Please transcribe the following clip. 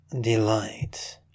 Delight